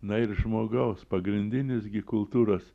na ir žmogaus pagrindinis gi kultūros